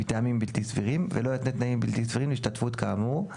מטעמים בלתי סבירים ולא יתנה תנאים בלתי סבירים להשתתפות כאמור.";